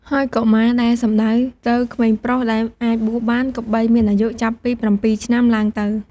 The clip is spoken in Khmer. ហើយកុមារ ដែលសំដៅទៅក្មេងប្រុស ដែលអាចបួសបាន គប្បីមានអាយុចាប់ពី ៧ ឆ្នាំឡើងទៅ។